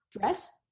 dress